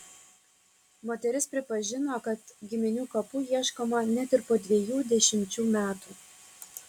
moteris pripažino kad giminių kapų ieškoma net ir po dviejų dešimčių metų